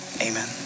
amen